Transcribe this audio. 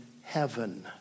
heaven